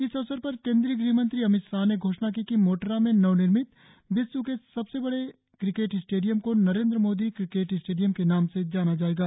इस अवसर पर केन्द्रीय ग़ह मंत्री अमित शाह ने घोषणा की कि मोटेरा में नव निर्मित विश्व के सबसे बडे क्रिकेट स्टेडियम को नरेन्द्र मोदी क्रिकेट स्टेडियम के नाम से जाना जायेगा